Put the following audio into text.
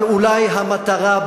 אבל אולי המטרה,